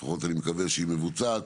לפחות אני מקווה שהיא מבוצעת,